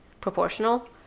proportional